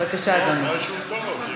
בבקשה, אדוני.